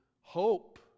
Hope